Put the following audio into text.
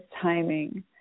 timing